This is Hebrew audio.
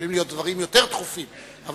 יכולים להיות דברים דחופים יותר,